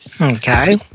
Okay